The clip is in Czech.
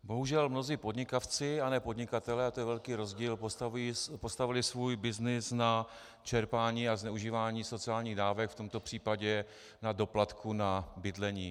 Bohužel mnozí podnikavci a ne podnikatelé, to je velký rozdíl postavili svůj byznys na čerpání a zneužívání sociálních dávek, v tomto případě na doplatku na bydlení.